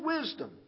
wisdom